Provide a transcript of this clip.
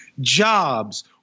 jobs